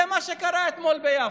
זה מה שקרה אתמול ביפו.